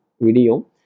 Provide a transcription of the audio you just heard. video